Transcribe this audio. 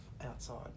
outside